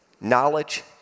knowledge